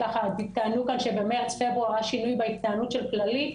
טענו כאן שבמרץ או פברואר היה שינוי בהתנהלות של כללית.